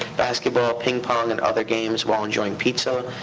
basketball, ping pong, and other games while enjoying pizza.